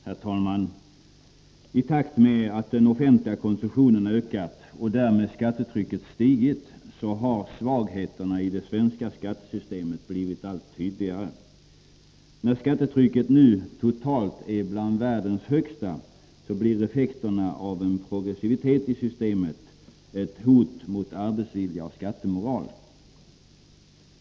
Herr talman! I takt med att den offentliga konsumtionen har ökat och skattetrycket därmed stigit har svagheterna i det svenska skattesystemet blivit allt tydligare. När skattetrycket nu totalt är bland världens högsta blir effekterna av en progressivitet i systemet ett hot mot arbetsvilja och skattemoral.